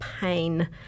pain